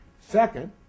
Second